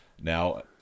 Now